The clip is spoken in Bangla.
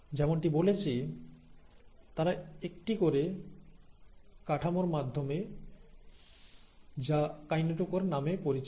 যেমনটি বলেছি তারা একটি করে একটি কাঠামোর মাধ্যমে যা কাইনেটোকোর নামে পরিচিত